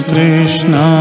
Krishna